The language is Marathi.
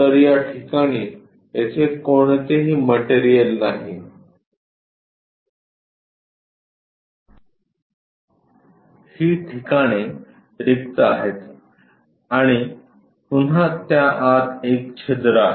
तर या ठिकाणी येथे कोणतेही मटेरियल नाही हि ठिकाणे रिक्त आहेत आणि पुन्हा त्या आत एक छिद्र आहे